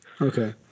Okay